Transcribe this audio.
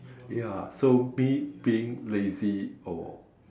ya so me being lazy or